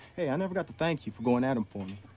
hey, i never got to thank you for going at him for me.